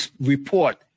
report